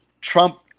Trump